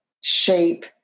shape